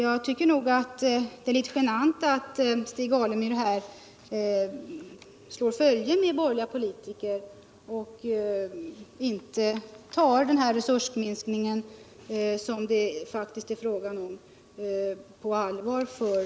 Jag tycker att det är litet genant att Stig Alemyr slår följe med borgerliga politiker och inte tar den resursminskning för kommunerna som det här fakuskt är fråga om på allvar.